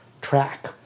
track